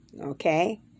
okay